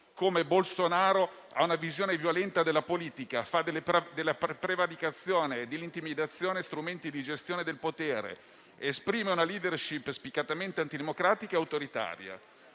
come Bolsonaro, ha una visione violenta della politica, fa della prevaricazione e dell'intimidazione strumenti di gestione del potere ed esprime una *leadership* spiccatamente antidemocratica e autoritaria.